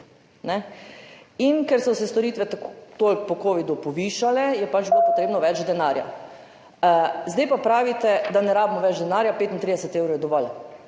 In ker so se storitve po covidu toliko povišale, je pač bilo potrebnega več denarja. Zdaj pa pravite, da ne rabimo več denarja, 35 evrov je dovolj.